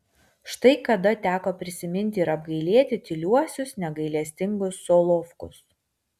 štai kada teko prisiminti ir apgailėti tyliuosius negailestingus solovkus